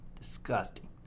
Disgusting